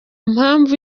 mpamvu